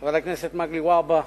חבר הכנסת מגלי והבה,